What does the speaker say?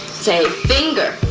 say, finger.